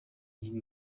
nyigo